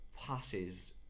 passes